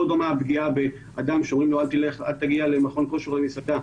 לא דומה הפגיעה באדם שאומרים לו אל תגיע למכון כושר או למסעדה,